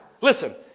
Listen